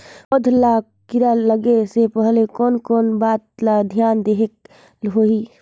पौध ला कीरा लगे से पहले कोन कोन बात ला धियान देहेक होही?